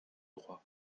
droit